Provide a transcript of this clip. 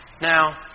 Now